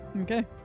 Okay